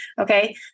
Okay